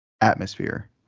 atmosphere